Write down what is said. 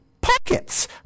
Pockets